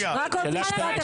רק עוד משפט אחד.